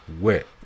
wet